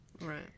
right